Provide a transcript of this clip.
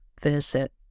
visit